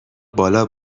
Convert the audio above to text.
بالا